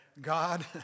God